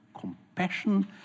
compassion